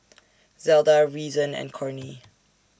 Zelda Reason and Cornie